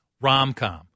rom-com